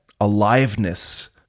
aliveness